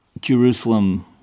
Jerusalem